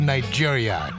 Nigeria